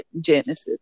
Genesis